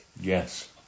Yes